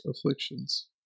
afflictions